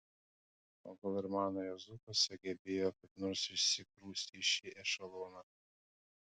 o gal ir mano juozukas sugebėjo kaip nors įsigrūsti į šį ešeloną